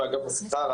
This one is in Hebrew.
באגף השכר,